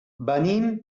venim